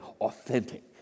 authentic